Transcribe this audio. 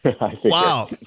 Wow